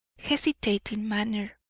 hesitating manner,